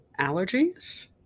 Allergies